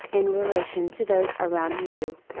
in relation to those around you.